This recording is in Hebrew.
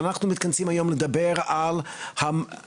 אבל אנחנו מתכנסים היום כדי לדבר על הכבישים